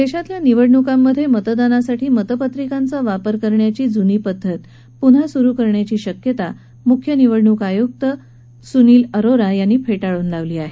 देशातल्या निवडणुकांमध्ये मतदानासाठी मतपत्रिकांचा वापर करण्याची जुनी पद्धत सुरू करण्याची शक्यता मुख्य निवडणूक आयुक्त सुनील अरोरा यांनी फेटाळून लावली आहे